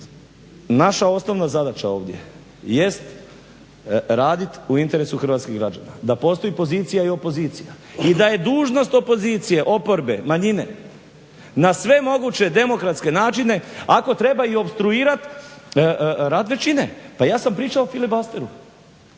naša osnovna zadaća ovdje jest raditi u interesu hrvatskih građana, da postoji pozicija i opozicija i da je dužnost opozicije, oporbe, manjine na sve moguće demokratske načine ako treba i opstruirati rad većine. Pa ja sam pričao o filibusteru